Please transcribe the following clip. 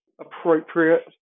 appropriate